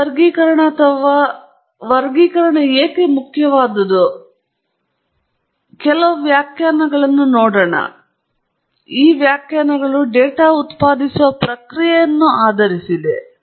ಈ ವರ್ಗೀಕರಣ ಅಥವಾ ವೈಲಕ್ಷಣ್ಯವು ಏಕೆ ಮುಖ್ಯವಾದುದು ಎಂದು ನಾವು ಕೇಳುವ ಮೊದಲು ವ್ಯಾಖ್ಯಾನಗಳನ್ನು ನೋಡೋಣ ಮತ್ತು ವ್ಯಾಖ್ಯಾನಗಳು ಡೇಟಾ ಉತ್ಪಾದಿಸುವ ಪ್ರಕ್ರಿಯೆಯನ್ನು ಆಧರಿಸಿವೆ